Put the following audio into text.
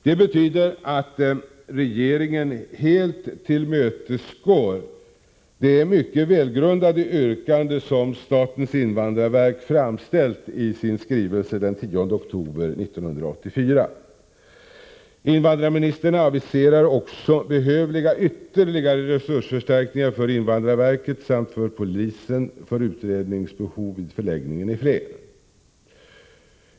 Det betyder att regeringen helt tillmötesgår det mycket välgrundade yrkande som statens invandrarverk framställt i sin skrivelse den 10 oktober 1984. Invandrarministern aviserar också behövliga ytterligare resursförstärkningar för invandrarverket samt för polisen för utredningsbehov vid förläggningen i Flen.